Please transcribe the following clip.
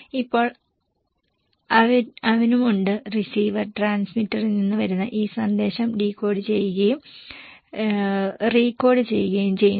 ഇപ്പോൾ അവനും ഉണ്ട് റിസീവർ ട്രാൻസ്മിറ്ററിൽ നിന്ന് വരുന്ന ഈ സന്ദേശം ഡീകോഡ് ചെയ്യുകയും റീകോഡ് ചെയ്യുകയും ചെയ്യുന്നു